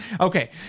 Okay